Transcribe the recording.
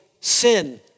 sin